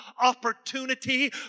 opportunity